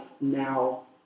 now